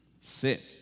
Sit